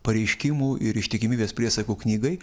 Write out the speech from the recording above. pareiškimų ir ištikimybės priesaikų knygai